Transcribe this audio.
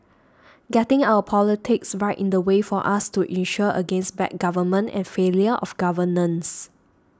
getting our politics right is the way for us to insure against bad government and failure of governance